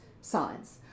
science